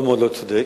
מאוד מאוד לא צודק.